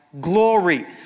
Glory